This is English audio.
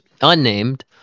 unnamed